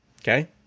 Okay